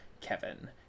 Kevin